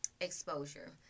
exposure